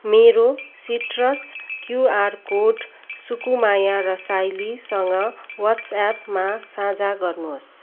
मेरो citrus QR code Sukumaya रसाइलीसँग वाट्सएयापमा साझा गर्नुहोस्